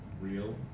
real